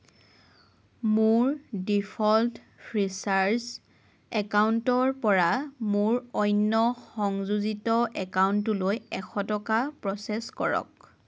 মোৰ default Freecharge একাউণ্টৰ পৰা মোৰ অন্য সংযোজিত একাউণ্টলৈ এশ টকা প্ৰচেছ কৰক